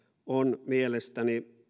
on minunkin mielestäni